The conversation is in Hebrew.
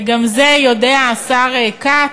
וגם זה, יודע השר כץ,